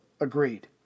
agreed